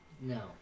No